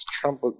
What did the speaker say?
Trump